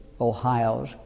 Ohio's